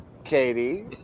Katie